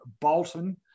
Bolton